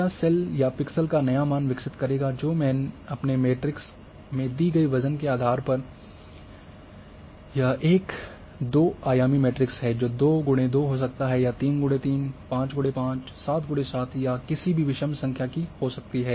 यह सेल या पिक्सेल का नया मान विकसित करेगा जो मैंने अपने मैट्रिक्स में दी गई वजन के आधार पर है और यह एक दो आयामी मेट्रिक्स है जो 2 × 2 हो सकता है या 3 × 3 5 × 5 7 × 7 या किसी भी विषम संख्या की हो सकती है